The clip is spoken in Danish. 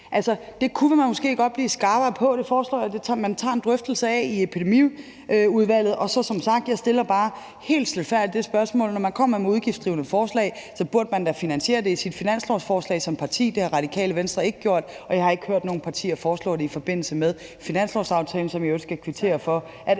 Det kunne man måske godt blive skarpere på. Det foreslår jeg at man tager en drøftelse af i Epidemiudvalget, og så siger jeg som sagt bare helt stilfærdigt, at når man kommer med udgiftsdrivende forslag, bør man da finansiere det i sit finanslovsforslag, som parti. Det har Radikale Venstre ikke gjort, og jeg har ikke hørt nogen partier foreslå det i forbindelse med finanslovsaftalen, som jeg i øvrigt skal kvittere for at